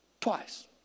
Twice